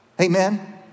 amen